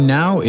now